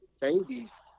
babies